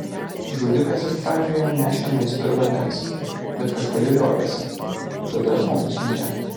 žudikas iš pradžių jam nešė maisto ir vandens bet kažkodėl liovėsi tada žmogus mirė